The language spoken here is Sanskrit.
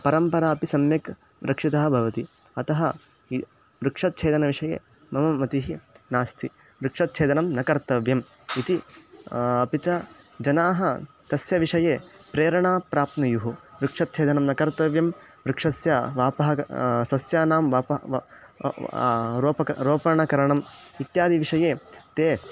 परम्परापि सम्यक् रक्षितः भवति अतः वृक्षच्छेदनविषये मम मतिः नास्ति वृक्षच्छेदनं न कर्तव्यम् इति अपि च जनाः तस्य विषये प्रेरणां प्राप्नुयुः वृक्षच्छेदनं न कर्तव्यं वृक्षस्य वपः सस्यानां वपः व रोपक रोपणकरणम् इत्यादिविषये ते